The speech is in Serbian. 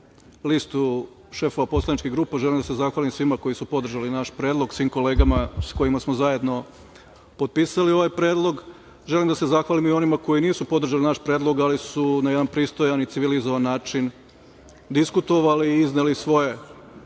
listu šefova poslaničkih grupa, svima koji su podržali naš predlog, svim kolegama sa kojima smo zajedno potpisali ovaj predlog. Želim da se zahvalim i onima koji nisu podržali naš predlog, ali su na jedan pristojan i civilizovan način diskutovali i izneli svoje